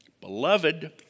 Beloved